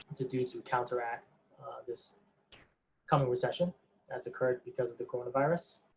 to do to counteract this coming recession that's occurred because of the coronavirus.